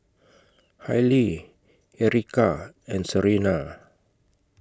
Hailie Erykah and Serena